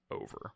Over